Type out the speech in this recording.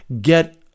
Get